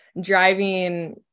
driving